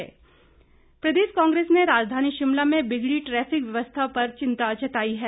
कांग्रेस प्रदेश कांग्रेस ने राजधानी शिमला में बिगड़ी ट्रैफिक व्यवस्था पर चिंता जताई है